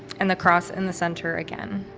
and the cross in the center again.